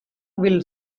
will